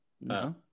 No